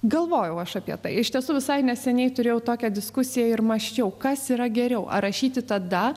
galvojau aš apie tai iš tiesų visai neseniai turėjau tokią diskusiją ir mąsčiau kas yra geriau ar rašyti tada